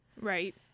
right